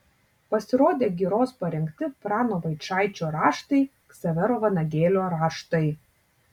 pasirodė giros parengti prano vaičaičio raštai ksavero vanagėlio raštai